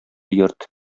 йорт